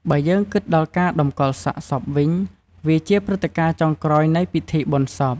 បើយើងគិតដល់ការតម្កលសាកសពវិញវាជាព្រឹត្តិការណ៍ចុងក្រោយនៃពិធីបុណ្យសព។